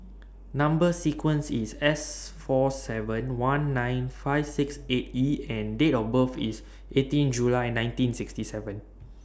Number sequence IS S four seven one nine five six eight E and Date of birth IS eighteen July nineteen sixty seven